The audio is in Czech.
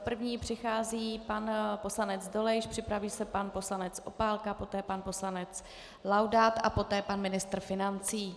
První přichází pan poslanec Dolejš, připraví se pan poslanec Opálka, poté pan poslanec Laudát a poté pan ministr financí.